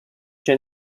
c’è